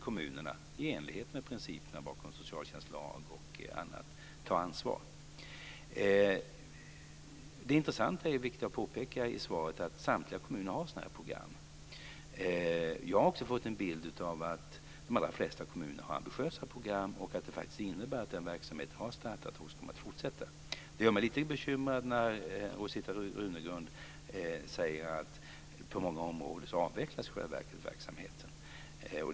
Kommunerna skulle i enlighet med principerna bakom socialtjänstlag osv. ta ansvar. Det intressanta och viktiga att påpeka är att samtliga kommuner har sådana program. Jag har fått en bild av att de allra flesta kommuner har ambitiösa program och att det faktiskt innebär att den verksamhet som har startats hos dem ska fortsätta. Det gör mig lite bekymrad när Rosita Runegrund säger att verksamheten på många områden i själva verket avvecklas.